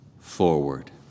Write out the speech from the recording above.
forward